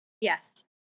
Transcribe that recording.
Yes